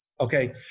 okay